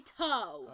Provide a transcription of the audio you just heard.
toe